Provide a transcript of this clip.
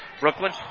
Brooklyn